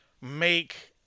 make